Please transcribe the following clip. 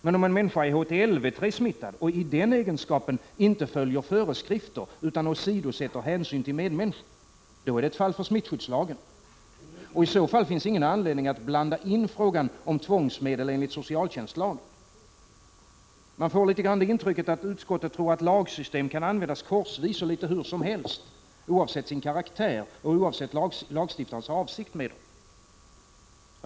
Men om en människa är HTLV-III-smittad och i den egenskapen inte följer föreskrifter utan åsidosätter hänsyn till medmänniskor, då är det ett fall för smittskyddslagen. Och i så fall finns det ingen anledning att blanda in frågan om tvångsmedel enligt socialtjänstlagen. Man får litet grand det intrycket att utskottet tror att lagsystem kan användas korsvis och litet hur som helst oavsett sin karaktär och lagstiftarens avsikt med dem.